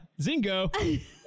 Zingo